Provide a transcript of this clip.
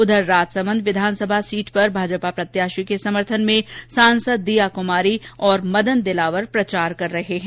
उधर रामसमेंद विधानसभा सीट पर भाजपा प्रत्याशी के समर्थन में सांसद दीया कुमारी और मदन दिलावर प्रचार कर रहे हैं